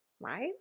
right